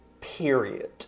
Period